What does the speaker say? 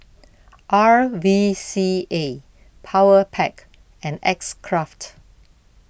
R V C A Powerpac and X Craft